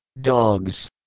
dogs